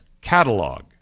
catalog